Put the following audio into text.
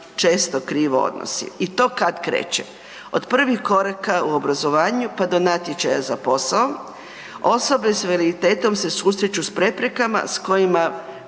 često krivo odnose. I to kad kreće? Od prvih koraka u obrazovanju pa do natječaja za posao, osobe sa invaliditetom se susreću s preprekama s kojima